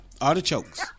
artichokes